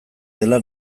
dela